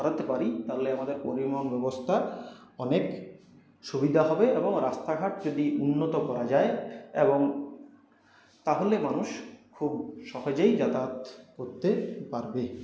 সরাতে পারি তাহলে আমাদের পরিবহন ব্যবস্থা অনেক সুবিধা হবে এবং রাস্তাঘাট যদি উন্নত করা যায় এবং তাহলে মানুষ খুব সহজেই যাতায়াত করতে পারবে